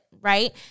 right